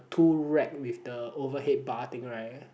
two rack with the overhead parting right